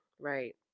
Right